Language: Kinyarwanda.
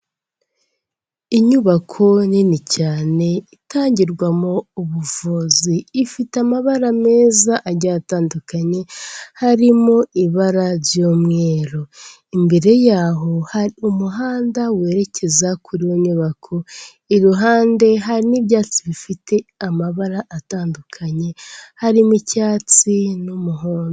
Inyubako nini cyane itangirwamo ubuvuzi, ifite amabara meza agiye atandukanye, harimo ibara ry'umweru, imbere yaho hari umuhanda werekeza kuri iyo nyubako, iruhande hari n'ibyatsi bifite amabara atandukanye harimo icyatsi n'umuhondo.